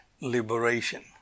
liberation